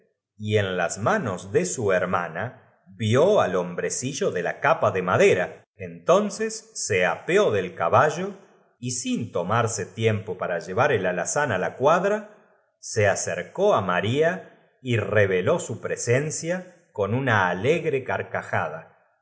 y en las manos de su hermana vió al homlo puso en seguida á ejercer su oficio si brecillo de la capa de madera entonces bien escogiendo tan bueno era el corazón se apeó del caballo y sin tomarse tiempo para llevar el alazán á la cuadra se acercó á maría y reveló su presencia con una alegre carcajada